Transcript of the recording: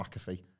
McAfee